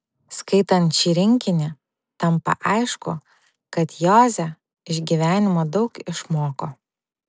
skaitant šį rinkinį tampa aišku kad joze iš gyvenimo daug išmoko